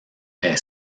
est